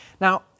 Now